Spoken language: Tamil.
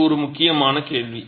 இது ஒரு முக்கியமான கேள்வி